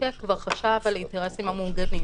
המחוקק כבר חשב על האינטרסים המעוגנים.